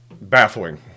baffling